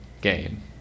game